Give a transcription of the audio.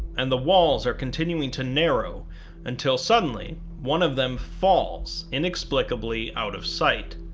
and the walls are continuing to narrow until suddenly one of them falls inexplicably out of sight.